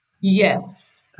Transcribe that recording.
Yes